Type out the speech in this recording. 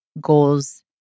goals